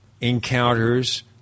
encounters